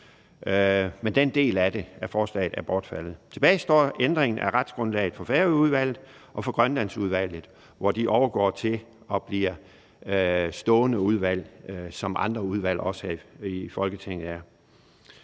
men den del af forslaget er bortfaldet. Tilbage står ændringen af retsgrundlaget for Færøudvalget og Grønlandsudvalget, som overgår til at blive stående udvalg, som andre udvalg her i Folketinget er.